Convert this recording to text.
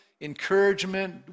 encouragement